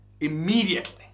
immediately